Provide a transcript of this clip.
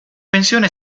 pensione